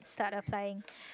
start applying